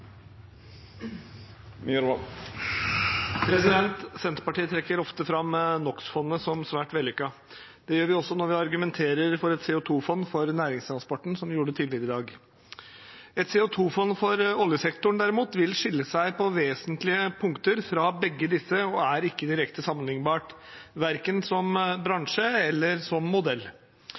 representantforslaget. Senterpartiet trekker ofte fram NOx-fondet som svært vellykket. Det gjør vi også når vi argumenterer for et CO2-fond for næringstransporten, som vi gjorde tidligere i dag. Et CO2-fond for oljesektoren derimot vil skille seg på vesentlige punkter fra begge disse og er ikke direkte sammenlignbart, verken som bransje eller modell. Et av hindrene for et slikt fond er, som